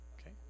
okay